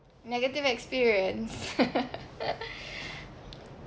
negative experience